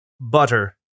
butter